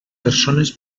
persones